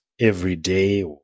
everyday